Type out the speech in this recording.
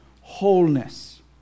wholeness